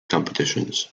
competitions